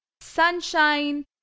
sunshine